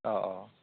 ओ औ